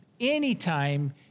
anytime